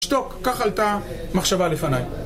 שתוק, ככה הייתה מחשבה לפניי